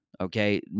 okay